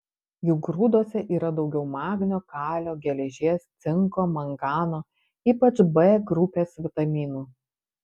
jų grūduose yra daugiau magnio kalio geležies cinko mangano ypač b grupės vitaminų